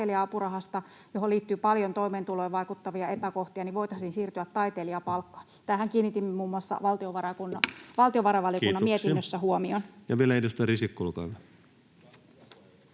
johon liittyy paljon toimeentuloon vaikuttavia epäkohtia, voitaisiin siirtyä taiteilijapalkkaan? Tähän kiinnitimme muun muassa valtiovarainvaliokunnan mietinnössä huomion. Kiitoksia. — Ja vielä edustaja Risikko, olkaa